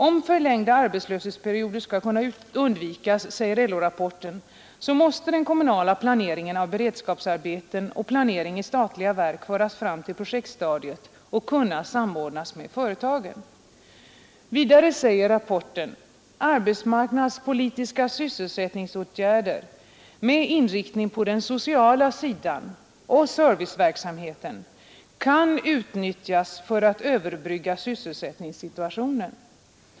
Om förlängda arbetslöshetsperioder skall kunna undvikas, säger LO-rapporten, måste den kommunala planeringen av beredskapsarbeten och planeringen i statliga verk föras fram till projektstadiet och kunna samordnas med företagen. Vidare säger rapporten: ”Arbetsmarknadspolitiska sysselsättningsåtgärder med inriktning på den sociala sidan och serviceverksamheten kan utnyttjas för att överbrygga sysselsättningssituationen.